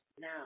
now